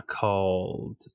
called